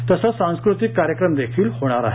तसंच सांस्कृतिककार्यक्रम देखील होणार आहेत